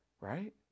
Right